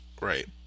Right